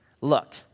Look